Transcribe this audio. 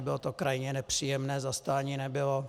Bylo to krajně nepříjemné, zastání nebylo.